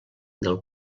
del